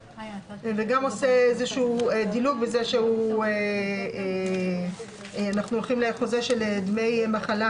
עושה איזשהו דילוג בזה שאנחנו הולכים להסכם של דמי מחלה.